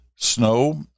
Snow